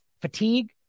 Fatigue